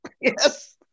yes